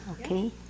okay